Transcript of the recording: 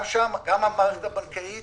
גם המערכת הבנקאית